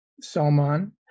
Salman